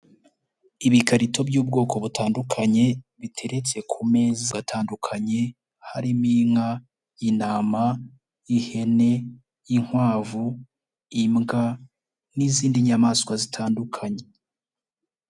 Ibikarito by'ubwoko butandukanye biteretse ku meeza atandukanye harimo: inka, intama, ihene, inkwavu, imbwa n'izindi nyamaswa zitandukanye.